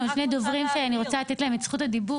יש לנו שני דוברים שאני רוצה לתת להם את זכות הדיבור.